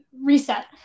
reset